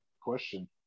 question